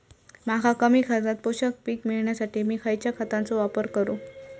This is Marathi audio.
मका कमी खर्चात पोषक पीक मिळण्यासाठी मी खैयच्या खतांचो वापर करू?